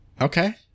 Okay